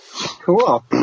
Cool